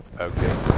Okay